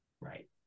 Right